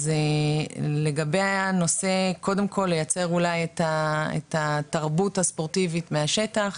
אז לגבי הנושא קודם כל לייצר אולי את התרבות הספורטיבית מהשטח,